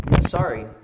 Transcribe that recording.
sorry